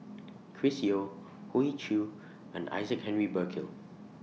Chris Yeo Hoey Choo and Isaac Henry Burkill